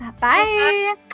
bye